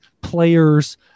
players